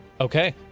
Okay